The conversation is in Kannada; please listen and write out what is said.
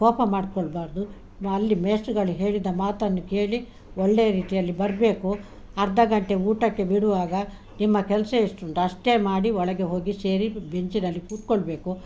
ಕೋಪ ಮಾಡ್ಕೊಳ್ಬಾರದು ಪುನಃ ಅಲ್ಲಿ ಮೇಷ್ರುಗಳು ಹೇಳಿದ್ದ ಮಾತನ್ನು ಕೇಳಿ ಒಳ್ಳೆಯ ರೀತಿಯಲ್ಲಿ ಬರಬೇಕು ಅರ್ಧ ಗಂಟೆ ಊಟಕ್ಕೆ ಬಿಡುವಾಗ ನಿಮ್ಮ ಕೆಲಸ ಎಷ್ಟುಂಟ ಅಷ್ಟೇ ಮಾಡಿ ಒಳಗೆ ಹೋಗಿ ಸೇರಿ ಬೆಂಚಿನಲ್ಲಿ ಕುತ್ಕೊಳ್ಬೇಕು